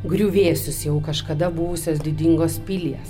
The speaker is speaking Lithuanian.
griuvėsius jau kažkada buvusios didingos pilies